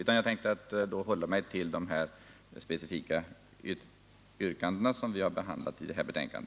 Jag skall i stället hålla mig till de specifika yrkandena som vi har behandlat i detta betänkande.